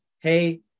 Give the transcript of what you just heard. Hey